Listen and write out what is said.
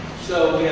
so